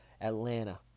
Atlanta